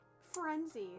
Frenzy